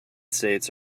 states